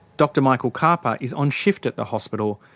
dr michael karpa is on shift at the hospital.